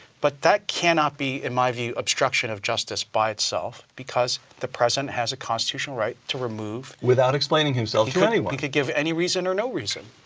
but that cannot be, in my view, obstruction of justice by itself, because the president has a constitutional right to remove without explaining himself to anyone. he could give any reason or no reason.